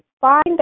find